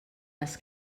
les